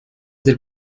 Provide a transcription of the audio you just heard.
del